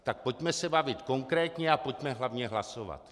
Tak pojďme se bavit konkrétně a pojďme hlavně hlasovat.